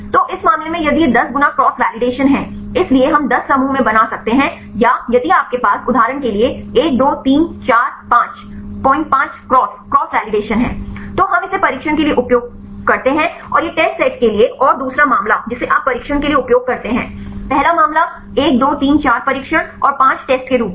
तो इस मामले में यदि यह 10 गुना क्रॉस वेलिडेशन है इसलिए हम 10 समूहों में बना सकते हैं या यदि आपके पास उदाहरण के लिए 1 2 3 4 5 5 क्रॉस क्रॉस वेलिडेशन है तो हम इसे प्रशिक्षण के लिए उपयोग करते हैं और यह टेस्ट सेट के लिए और दूसरा मामला जिसे आप प्रशिक्षण के लिए उपयोग करते हैं पहला मामला 1 2 3 4 प्रशिक्षण और 5 टेस्ट के रूप में है